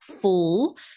full